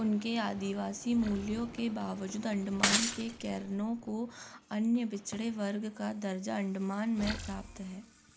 उनके आदिवासी मूल्यों के बावजूद अंडमान के कैरनों को अन्य पिछड़े वर्ग का दर्जा अंडमान में प्राप्त है